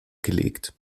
gelegt